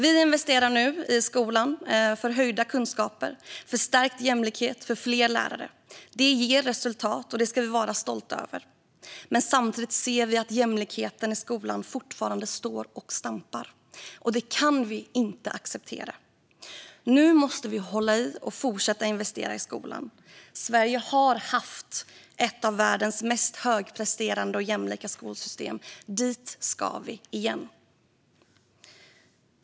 Vi investerar nu i skolan för höjda kunskaper, stärkt jämlikhet och fler lärare. Det ger resultat, och det ska vi vara stolta över. Men samtidigt ser vi att jämlikheten i skolan fortfarande står och stampar, och det kan vi inte acceptera. Nu måste vi hålla i och fortsätta investera i skolan. Sverige har haft ett av världens mest högpresterande och jämlika skolsystem - dit ska vi igen!